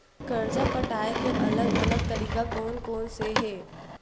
कर्जा पटाये के अलग अलग तरीका कोन कोन से हे?